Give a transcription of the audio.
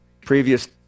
previous